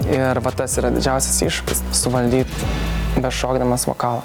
ir va tas yra didžiausias iššūkis suvaldyt bešokdamas vokalą